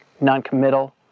non-committal